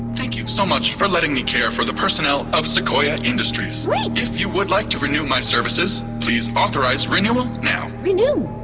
thank you so much for letting me care for the personnel of sequoia industries wait! if you would like to renew my services, please authorize renewal now renew!